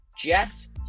Jets